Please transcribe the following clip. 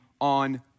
on